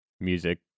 music